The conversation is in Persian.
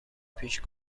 پیش